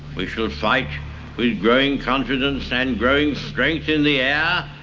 we shall fight with growing confidence and growing strength in the air,